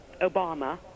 Obama